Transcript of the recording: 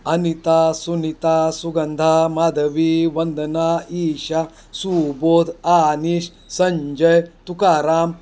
Anita Sunita Sugandha Madhavi Vandana Isha Subodh Anish Sanjay Tukaram